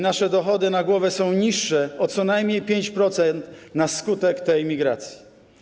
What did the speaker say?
Nasze dochody na głowę są niższe o co najmniej 5% na skutek tej migracji.